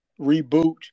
reboot